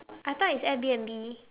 I thought it's Air b_n_b